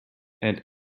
and